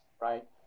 right